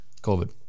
COVID